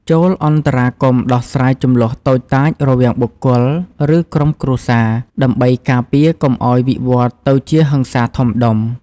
ចូលអន្តរាគមន៍ដោះស្រាយជម្លោះតូចតាចរវាងបុគ្គល ឬក្រុមគ្រួសារ ដើម្បីការពារកុំឱ្យវិវឌ្ឍន៍ទៅជាហិង្សាធំដុំ។